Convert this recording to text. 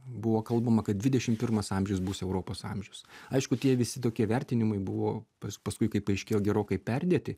buvo kalbama kad dvidešimt pirmas amžius bus europos amžius aišku tie visi tokie vertinimai buvo pas paskui kaip paaiškėjo gerokai perdėti